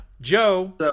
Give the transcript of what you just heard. Joe